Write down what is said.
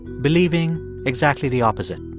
believing exactly the opposite?